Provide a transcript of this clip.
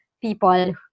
people